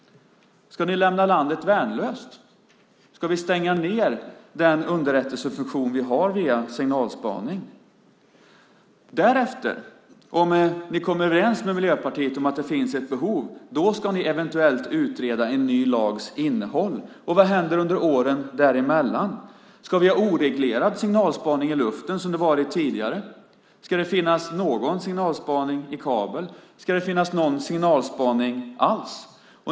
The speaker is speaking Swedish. Ska ni lämna landet värnlöst? Ska vi stänga ned den underrättelsefunktion vi har via signalspaning? Därefter, om ni kommer överens med Miljöpartiet om att det finns ett behov, ska ni eventuellt utreda en ny lags innehåll. Vad händer under åren däremellan? Ska vi ha oreglerad signalspaning i luften som tidigare? Ska det finnas någon signalspaning i kabel? Ska det finnas någon signalspaning alls?